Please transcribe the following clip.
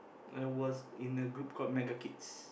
I was in a group called mega kids